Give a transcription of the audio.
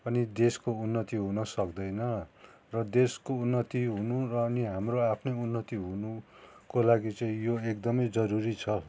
अनि देशको उन्नति हुन सक्दैन र देशको उन्नति हुनु र अनि हाम्रो आफ्नै उन्नति हुनुको लागि चाहिँ यो एकदमै जरुरी छ